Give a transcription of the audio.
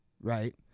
Right